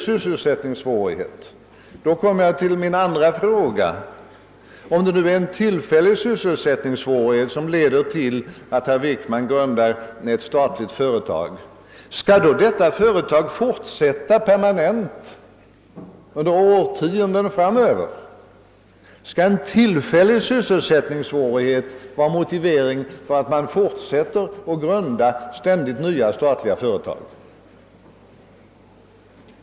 Här kommer jag till min andra fråga: Om en tillfällig sysselsättningssvårighet föranleder herr Wickman att grunda ett statlig företag, skall då detta företag vara permanent under årtionden framöver? Skall tillfälliga sysselsättningssvårigheter utgöra motivering för att man fortsätter att ständigt grunda nya statliga företag?